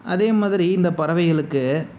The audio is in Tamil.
அதேமாதிரி இந்த பறவைகளுக்கு